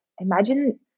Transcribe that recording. imagine